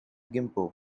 gimpo